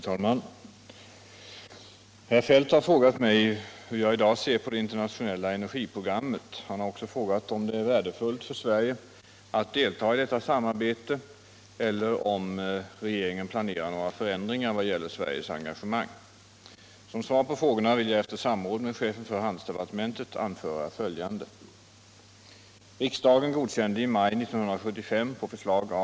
Herr talman! Herr Feldt har frågat mig hur jag i dag ser på det internationella energiprogrammet. Han har också frågat om det är värdefullt för Sverige att delta i detta samarbete eller om regeringen planerar några förändringar vad gäller Sveriges engagemang. Som svar på frågorna vill jag efter samråd med chefen för handelsdepartementet anföra följande.